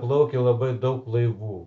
plaukia labai daug laivų